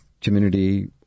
community